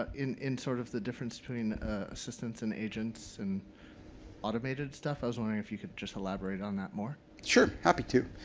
ah in in sort of the difference between assistance and agents and automated stuff. i was wondering if you could just elaborate on that more? chris sure. happy to.